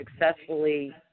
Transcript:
successfully